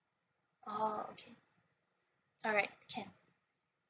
oh okay alright can